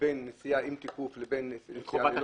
בין נסיעה עם תיקוף לבין נסיעה בלי תשלום כלל.